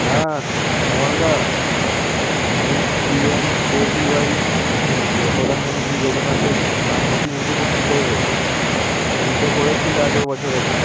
হ্যাঁ কামালদা আমি P M K V Y প্রধানমন্ত্রী যোজনাতে নাম নথিভুক্ত করতে চাইবো তুমি তো করেছিলে আগের বছরে